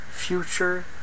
future